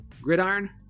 Gridiron